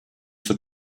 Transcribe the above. zur